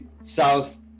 South